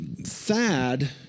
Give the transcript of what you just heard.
Thad